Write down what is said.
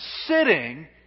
sitting